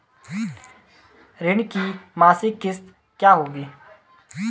ऋण की मासिक किश्त क्या होगी?